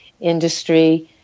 industry